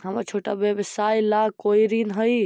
हमर छोटा व्यवसाय ला कोई ऋण हई?